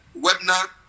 webinar